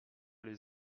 les